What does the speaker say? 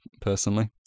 personally